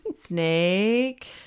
snake